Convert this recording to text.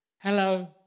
Hello